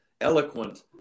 eloquent